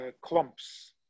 clumps